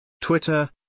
Twitter